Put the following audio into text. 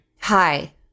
Hi